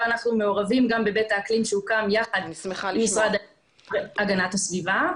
ואנחנו מעורבים גם בבית האקלים שהוקם יחד עם המשרד להגנת הסביבה.